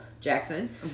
Jackson